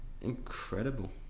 Incredible